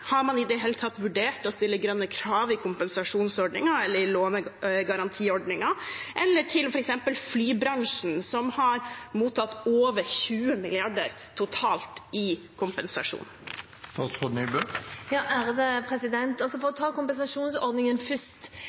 Har man i det hele tatt vurdert å stille grønne krav i kompensasjonsordningen eller i lånegarantiordningen, eller til f.eks. flybransjen, som har mottatt over 20 mrd. kr totalt i kompensasjon? For å ta kompensasjonsordningen først: Der er konseptet at hele næringslivet skal kompenseres for